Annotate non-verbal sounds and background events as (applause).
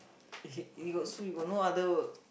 (noise) you got so you got no other